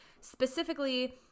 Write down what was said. specifically